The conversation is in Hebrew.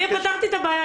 אני פתרתי את הבעיה.